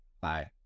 Bye